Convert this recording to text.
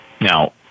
Now